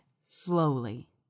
slowly